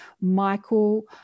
Michael